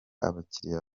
abakiliya